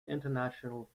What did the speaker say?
international